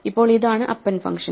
ഇപ്പോൾ ഇതാണ് append function